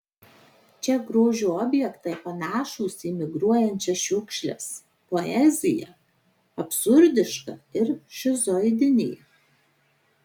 čia grožio objektai panašūs į migruojančias šiukšles poezija absurdiška ir šizoidinė